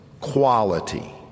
quality